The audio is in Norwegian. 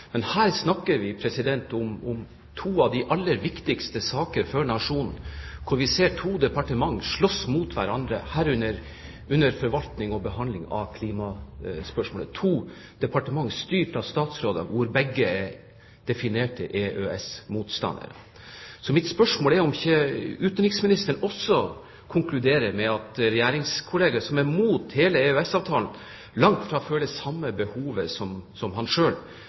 Her snakker vi om to av de aller viktigste sakene for nasjonen, hvor vi ser to departementer slåss mot hverandre, under forvaltning og behandling av klimaspørsmål – to departementer styrt av statsråder hvor begge er definerte EØS-motstandere. Mitt spørsmål er om ikke utenriksministeren også konkluderer med at regjeringskolleger som er imot hele EØS-avtalen, langt fra føler samme behovet som han